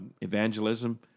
evangelism